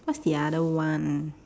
what's the other one